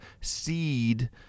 seed